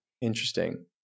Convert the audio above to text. Interesting